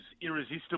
irresistible